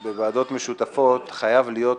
בעניין הקמת ועדה משותפת לוועדת החינוך,